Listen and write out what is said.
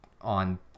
on